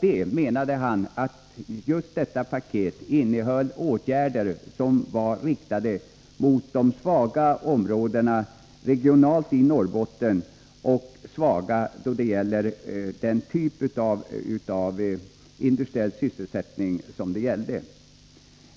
Han menade att detta paket innehöll just sådana åtgärder som var riktade mot de områden i Norrbotten som var svaga regionalt sett och då det gäller den typ av sysselsättning som åtgärderna avsåg.